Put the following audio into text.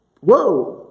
Whoa